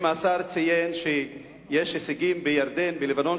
אם השר ציין שיש הישגים בירדן ובלבנון,